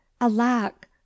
alack